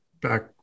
back